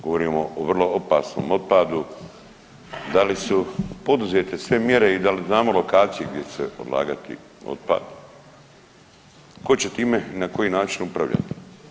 Govorimo o vrlo opasnom otpadu, da li su poduzete sve mjere i da li znamo lokacije gdje će se odlagati otpad, tko će time i na koji način upravljati?